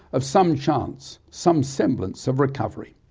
of some chance, some semblance of recovery.